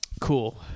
cool